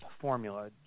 formula